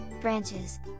branches